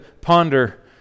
ponder